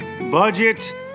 Budget